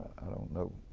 i don't know,